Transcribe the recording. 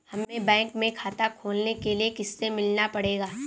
हमे बैंक में खाता खोलने के लिए किससे मिलना पड़ेगा?